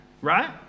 right